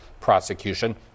prosecution